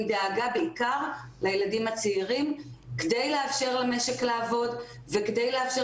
בעיקר דאגה לילדים הצעירים כדי לאפשר למשק לעבוד וכדי לאפשר